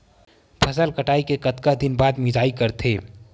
फसल कटाई के कतका दिन बाद मिजाई करथे?